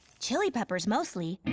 chili peppers mostly.